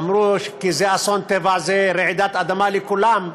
אמרו לו: אסון טבע, רעידת אדמה זה לכולם,